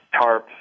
tarps